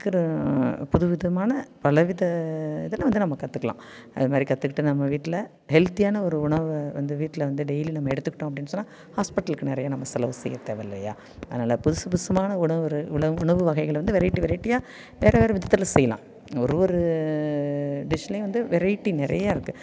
கற்றுக்கிற புதுவிதமான பலவித இதில் வந்து நம்ம கற்றுக்கலாம் அதுமாதிரி கற்றுக்கிட்டு நம்ம வீட்டில ஹெல்தியான ஒரு உணவை வந்து வீட்டில வந்து டெய்லியும் நம்ம எடுத்துக்கிட்டோம் அப்படினு சொன்னால் ஹாஸ்பிட்டலுக்கு நிறையா நம்ம செலவு செய்ய தேவைல்லையா அதனால புதுசு புதுசுமான உணவு ஒரு உணவு வகைகளை வந்து வெரைட்டி வெரைட்டியாக வேற வேற விதத்தில் செய்யலாம் ஒரு ஒரு டிஷ்லேயும் வந்து வெரைட்டி நிறையா இருக்குது